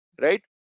right